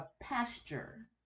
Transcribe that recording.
pasture